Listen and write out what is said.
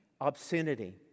obscenity